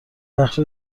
بخش